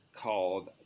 called